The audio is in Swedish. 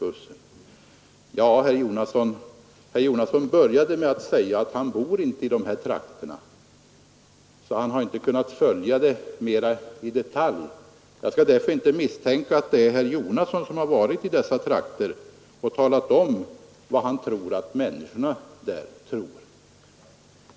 Herr Jonasson framhöll i sitt första inlägg att han inte bor i dessa trakter och därför inte känner till detaljerna. Jag misstänker därför inte att herr Jonasson varit ute i dessa trakter och talat med människorna.